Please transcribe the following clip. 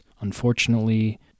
Unfortunately